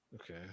Okay